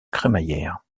crémaillère